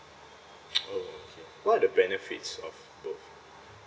oh okay what the benefits of both